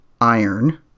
iron